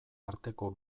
arteko